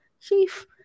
Chief